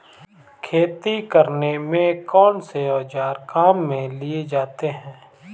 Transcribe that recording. खेती करने में कौनसे औज़ार काम में लिए जाते हैं?